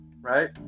right